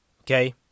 Okay